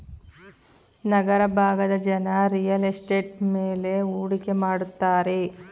ನಗರ ಭಾಗದ ಜನ real estate ಮೇಲೆ ಹೂಡಿಕೆ ಮಾಡುತ್ತಾರೆ